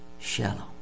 shallow